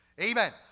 Amen